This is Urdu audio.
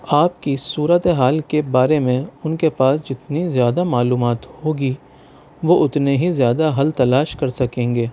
آپ کی صورتِ حال کے بارے میں اُن کے پاس جتنی زیادہ معلومات ہوگی وہ اتنے ہی زیادہ حل تلاش کر سکیں گے